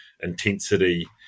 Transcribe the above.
intensity